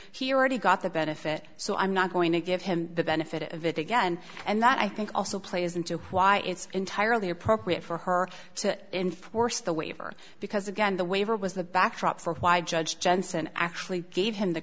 he already got the benefit so i'm not going to give him the benefit of it again and that i think also plays into why it's entirely appropriate for her to enforce the waiver because again the waiver was the backdrop for why judge johnson actually gave him the